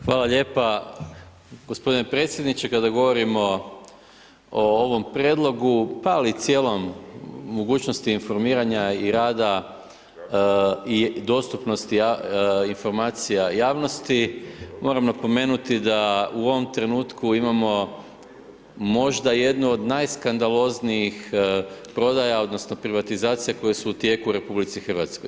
Hvala lijepa gospodine predsjedniče, kada govorimo o ovom prijedlogu pa ali i cijelom mogućnosti informiranja i rada i dostupnosti informacija javnosti, moram napomenuti da u ovom trenutku imamo možda jednu od najskandaloznijih prodaja odnosno privatizacija koje su u tijeku u RH.